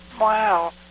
Wow